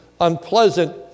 unpleasant